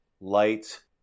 light